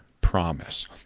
promise